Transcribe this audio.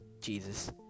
Jesus